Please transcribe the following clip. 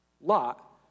Lot